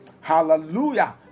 Hallelujah